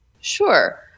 Sure